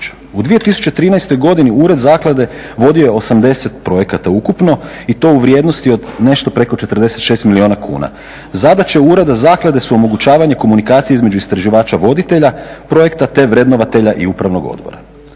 U 2013. godini ured zaklade vodio je 80 projekata ukupno u vrijednosti od nešto preko 46 milijuna kuna. Zadaće ureda zaklade su omogućavanje komunikacije između istraživača i voditelja projekta te vrednovatelja i upravnog odbora.